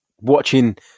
watching